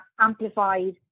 amplified